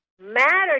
matter